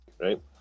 right